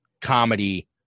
comedy